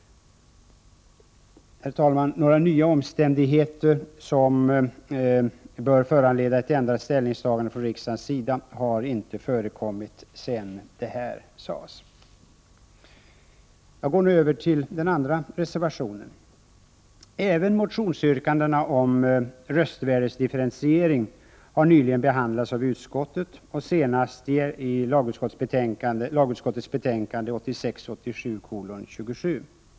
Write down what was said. Herr talman! Några nya omständigheter som bör föranleda ett ändrat ställningstagande från riksdagens sida har inte förekommit sedan detta sades. Jag går nu över till den andra reservationen. Även motionsyrkandena om röstvärdesdifferentiering har nyligen behandlats av utskottet och senast i lagutskottets betänkande 1986/87:27.